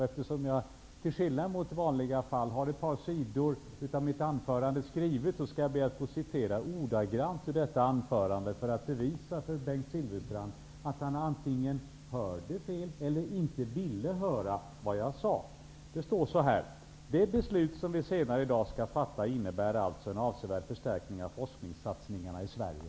Eftersom jag i dag, till skillnad mot i vanliga fall, har ett par skrivna sidor till mitt anförande, skall jag be att få citera ordagrant ur detta anförande, för att bevisa för Bengt Silfverstrand att han antingen hörde fel eller inte ville höra vad jag sade. Det står så här: ''Det beslut som vi senare i dag skall fatta innebär alltså en avsevärd förstärkning av forskningssatsningarna i Sverige.''